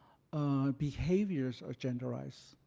ah behaviors are genderized,